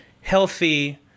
healthy